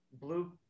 blue